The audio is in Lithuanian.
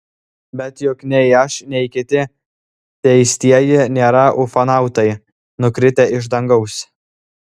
bet juk nei aš nei kiti teistieji nėra ufonautai nukritę iš dangaus